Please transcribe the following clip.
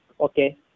Okay